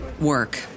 work